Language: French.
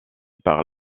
par